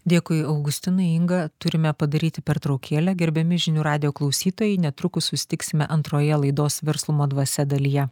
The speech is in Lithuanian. dėkui augustinai inga turime padaryti pertraukėlę gerbiami žinių radijo klausytojai netrukus susitiksime antroje laidos verslumo dvasia dalyje